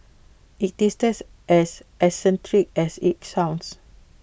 IT tastes as eccentric as IT sounds